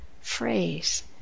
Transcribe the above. phrase